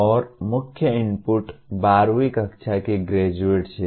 और मुख्य इनपुट 12 वीं कक्षा के ग्रेजुएट्स हैं